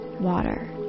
water